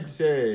say